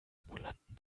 ambulanten